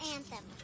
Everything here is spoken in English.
Anthem